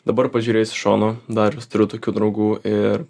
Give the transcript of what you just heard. dabar pažiūrėjus iš šono dar vis turiu tokių draugų ir